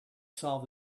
solved